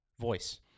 voice